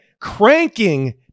cranking